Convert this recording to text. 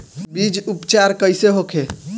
बीज उपचार कइसे होखे?